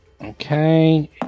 Okay